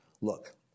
Look